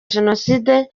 jenoside